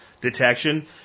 detection